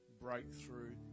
breakthrough